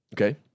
Okay